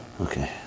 Okay